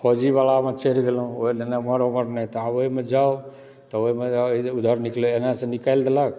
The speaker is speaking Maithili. फौजीवलामे चढ़ि गेलहुँ ओहिमे एम्हर उम्हर ताबेमे जाउ तऽ ओहिमे एनयसँ निकालि देलक